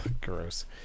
Gross